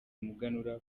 umuganura